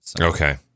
Okay